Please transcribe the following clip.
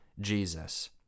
Jesus